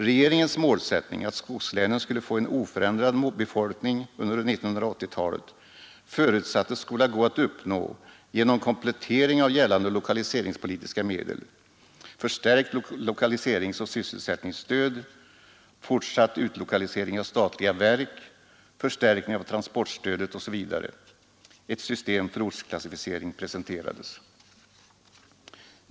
Regeringens målsättning att skogslänen skulle få oförändrad befolkning under 1970-talet förutsattes skola gå att uppnå genom komplettering av gällande lokaliseringspolitiska medel: förstärkt lokaliseringsoch sysselsättningsstöd, fortsatt utlokalisering av statliga verk, förstärkning av transportstödet osv. Ett system för ortsklassificering presenterades.